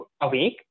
awake